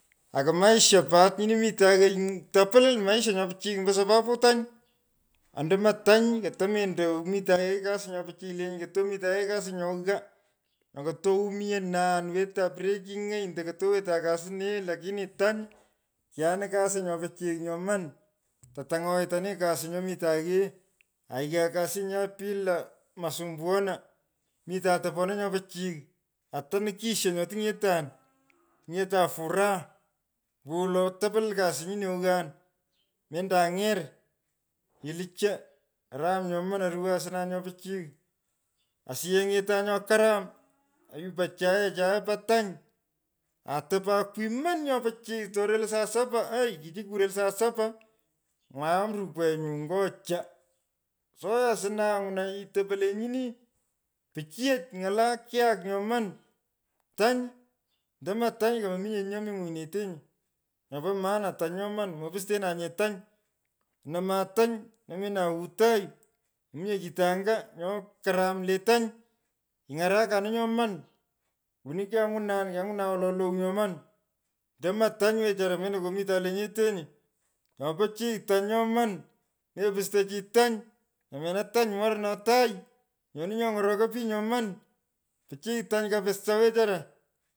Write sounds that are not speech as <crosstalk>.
Aku maisha pat nyino mitan koyu. tupilil maisha nyo pichiy ombo sababu tany ondomo tony ketomendo omita yighee kasi nyo pichiy lenyi. kotomitan yighee kasi nyo ghaa. Nyo koto omionan. wetan <unintelligible> ando kotowetan lasi nee. lakini tany keghanini kasi nyo pichiy nyomoni. kotony’oit ani kasi nyomitan yighee aa yighan kasinyan pila masumbuana. Mitan topone nyo pichiy ata nukisho nye tiny’etan. tuny’etan furaha. ombowolo. tapilil kasi nyino egahn. mendop any’er. Kelu cho. karam nyoman. aruwon asna nyo pichiy. osiyech any’etan nyo karam. oyupan chuyechae po tany aa topan kwimon nyo pichiy. Torelei saa sapa. aai kichi kukorel sa sapa any’una amm rukwenyu nyo cho. Soya asna uny’una yeigh topo lenyini. Pichiyech ny’ala kiyok nyoman. Tany. ndomo tony komo ki nye chi nyomi nywinyinetenyi. nyo po maana tany. mupustenanye tanyi. onoman tany. nomenun yeghoo tagh. mominye kito anya nyo karam le tany. Kiny’arakanin nyoman. Woni kiany’unan. kiang’unan wolo lou nyoman. Ndomo tany wechara mendo komitan lenyetenyi. Nyo. pichiy tany nyoman. mepousto chi tany. namena tany morna tagh. nyoni nyo ng’orokoi pich nyoman. Pichiy tany kapisaa wechara.